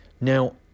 Now